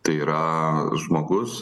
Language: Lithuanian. tai yra žmogus